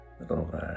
little